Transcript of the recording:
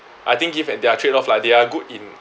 I think give at their trade off like they are good in